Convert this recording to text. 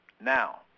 Now